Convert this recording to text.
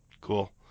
cool